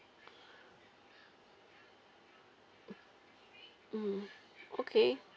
mm okay